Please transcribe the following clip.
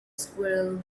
squirrel